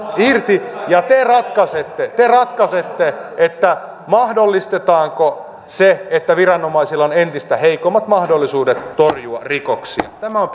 irti ja te ratkaisette te ratkaisette mahdollistetaanko se että viranomaisilla on entistä heikommat mahdollisuudet torjua rikoksia tämä on